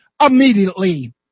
immediately